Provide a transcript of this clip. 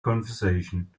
conversation